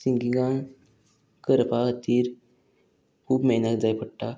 सिंगींगान करपा खातीर खूब मेहनत जाय पडटा